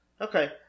Okay